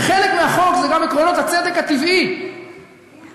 וחלק מהחוק זה גם עקרונות הצדק הטבעי והאמירה